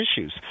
issues